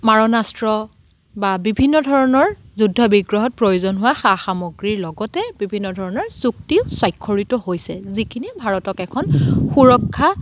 মাৰণাস্ত্ৰ বা বিভিন্ন ধৰণৰ যুদ্ধ বিগ্ৰহত প্ৰয়োজন হোৱা সা সামগ্ৰীৰ লগতে বিভিন্ন ধৰণৰ চুক্তিও স্ৱাক্ষৰিত হৈছে যিখিনিয়ে ভাৰতক এখন সুৰক্ষা